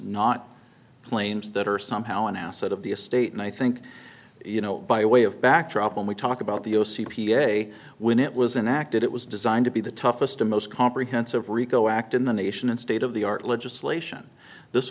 not planes that are somehow an asset of the a state and i think you know by way of backdrop when we talk about the zero c p a when it was an act it was designed to be the toughest and most comprehensive rico act in the nation and state of the art legislation this